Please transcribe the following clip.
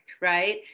right